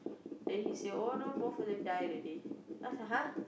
then he say oh no both of them die already then I was like !huh!